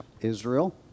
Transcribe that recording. Israel